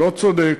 לא צודק,